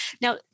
Now